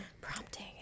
Prompting